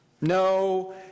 No